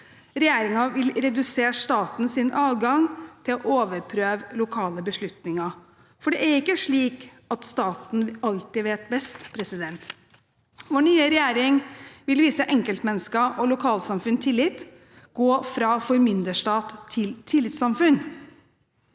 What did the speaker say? Regjeringen vil redusere statens adgang til å overprøve lokale beslutninger, for det er ikke slik at staten alltid vet best. Vår nye regjering vil vise enkeltmennesker og lokalsamfunn tillit, gå fra formynderstat til tillitssamfunn.